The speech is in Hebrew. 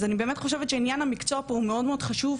אז אני באמת חושבת שעניין המקצוע פה הוא מאוד מאוד חשוב,